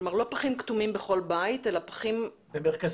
כלומר לא פחים כתומים בכל בית אלא פחים --- במרכזים.